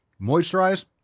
moisturize